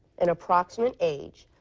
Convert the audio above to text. an approximate age,